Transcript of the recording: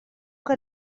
que